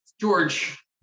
George